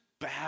Bad